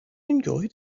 enjoy